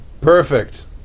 Perfect